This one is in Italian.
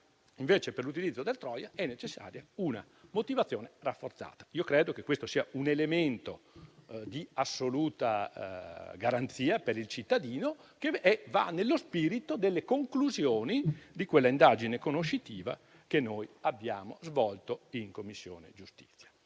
mentre per l'utilizzo del *trojan* è necessaria una motivazione rafforzata. Credo che questo sia un elemento di assoluta garanzia per il cittadino, che va nello spirito delle conclusioni di quella indagine conoscitiva che abbiamo svolto in Commissione giustizia.